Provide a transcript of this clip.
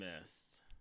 missed